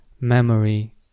memory